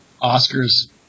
Oscar's